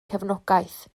cefnogaeth